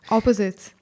Opposites